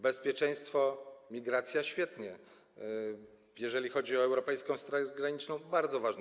Bezpieczeństwo, migracja - świetnie, jeżeli chodzi o europejską straż graniczną, bardzo ważne.